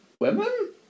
women